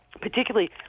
Particularly